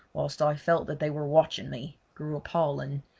whilst i felt that they were watching me, grew appalling,